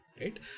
right